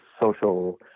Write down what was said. social